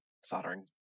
soldering